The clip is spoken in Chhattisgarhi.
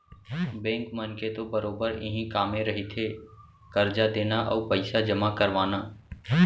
बेंक मन के तो बरोबर इहीं कामे रहिथे करजा देना अउ पइसा जमा करवाना